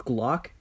Glock